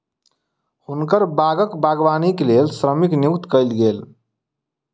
हुनकर बागक बागवानी के लेल श्रमिक नियुक्त कयल गेल